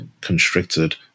constricted